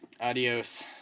Adios